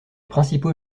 principaux